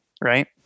Right